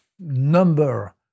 number